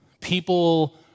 people